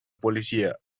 policía